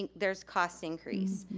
and there's cost increase.